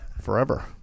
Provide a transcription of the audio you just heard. forever